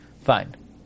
Fine